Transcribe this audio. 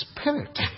Spirit